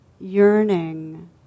yearning